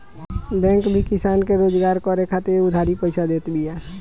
bank भी किसान के रोजगार करे खातिर उधारी पईसा देत बिया